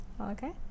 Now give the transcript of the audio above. Okay